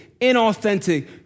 inauthentic